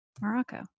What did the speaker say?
Morocco